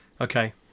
Okay